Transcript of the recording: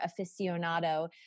aficionado